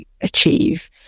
achieve